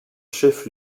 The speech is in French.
chef